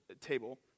table